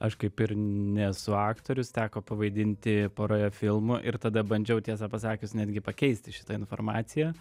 aš kaip ir nesu aktorius teko pavaidinti poroje filmų ir tada bandžiau tiesą pasakius netgi pakeisti šitą informaciją